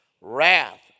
wrath